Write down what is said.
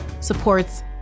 supports